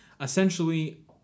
Essentially